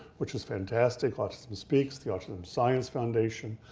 which is fantastic. autism speaks, the autism science foundation,